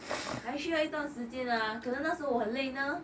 还需要一段时间了可能那时候我很累呢